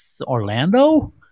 Orlando